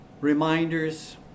reminders